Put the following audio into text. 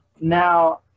now